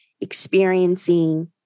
experiencing